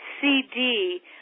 CD